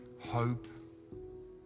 hope